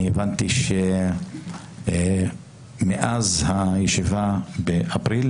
אני הבנתי שמאז הישיבה באפריל,